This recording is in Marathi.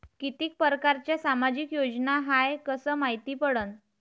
कितीक परकारच्या सामाजिक योजना हाय कस मायती पडन?